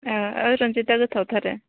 ओ ओ रन्जिता गोथाव थ' आरो